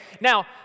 Now